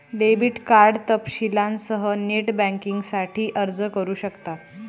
debit card तपशीलांसह net बँकिंगसाठी अर्ज करू शकतात